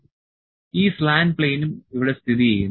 ഈ സ്ലാന്റ് പ്ലെയിനും ഇവിടെ സ്ഥിതിചെയ്യുന്നു